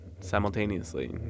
simultaneously